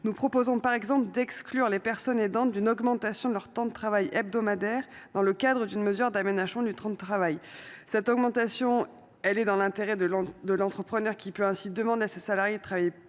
nous proposons d’exclure les personnes aidantes de l’augmentation du temps de travail hebdomadaire, dans le cadre d’une mesure d’aménagement du temps de travail. Cette augmentation est dans l’intérêt de l’entrepreneur, qui peut ainsi demander à ses salariés de travailler plus